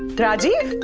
rajeev.